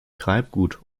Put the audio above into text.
treibgut